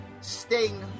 sting